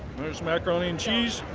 macaroni and cheese